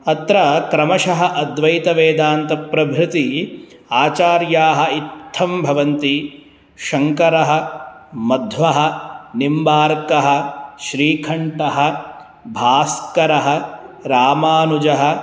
अत्र क्रमशः अद्वैतवेदान्तप्रभृति आचार्याः इत्थं भवन्ति शङ्करः मध्वः निम्बार्कः श्रीकण्ठः भास्करः रामानुजः